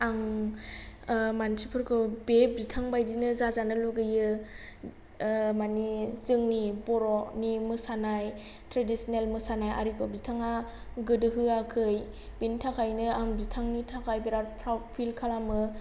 आं मानथिफोरखौ बे बिथांबायदिनो जाजानो लुगैयो मानि जोंनि बर'नि मोसानाय ट्रेडिसिनेल मोसानाय आरिखौ बिथाङा गोदोहोआखै बिनिथाखायनो आं बिथांनि थाखाय बिराद प्राउड फिल खालामो